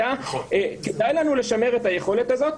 כדאי לנו לשמר את היכולת הזאת.